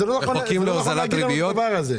זה לא נכון להגיד לנו את הדבר הזה.